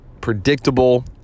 predictable